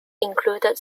included